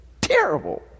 terrible